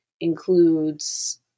includes